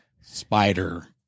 spider